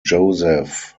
joseph